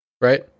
right